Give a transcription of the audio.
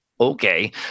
Okay